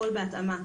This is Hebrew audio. הכל בהתאמה.